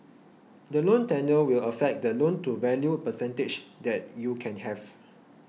the loan tenure will affect the loan to value percentage that you can have